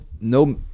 no